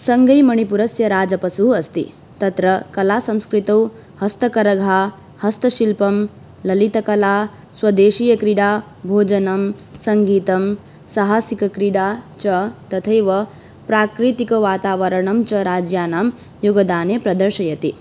सङ्गै मणिपुरस्य राजपशुः अस्ति तत्र कलासंस्कृतौ हस्तकरघा हस्तशिल्पं ललितकला स्वदेशीयक्रीडा भोजनं सङ्गीतं साहसिक क्रीडा च तथैव प्राकृतिकवातावरणं च राज्यानां योगदाने प्रदर्शयति